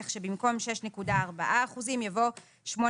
כך שבמקום "6.4%" יבוא "8.51%".